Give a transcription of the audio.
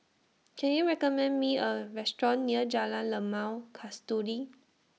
Can YOU recommend Me A Restaurant near Jalan Limau Kasturi